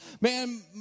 Man